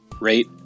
rate